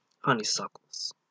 honeysuckles